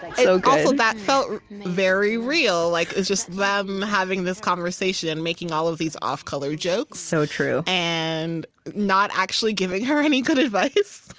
so that felt very real. like it was just them having this conversation, and making all of these off-color jokes, so true and not actually giving her any good advice.